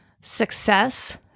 success